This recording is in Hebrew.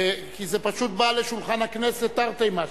כי זה פשוט בא לשולחן הכנסת תרתי משמע.